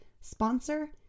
sponsor